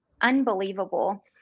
unbelievable